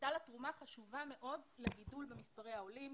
הייתה לה תרומה חשובה מאוד לגידול במספרי העולים.